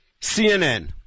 CNN